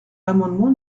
l’amendement